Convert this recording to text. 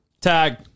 Tag